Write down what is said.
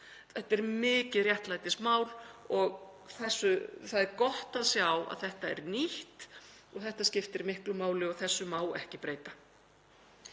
Þetta er mikið réttlætismál og það er gott að sjá að þetta er nýtt og þetta skiptir miklu máli og þessu má ekki breyta.